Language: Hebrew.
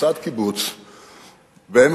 נוסד קיבוץ בעמק-הירדן,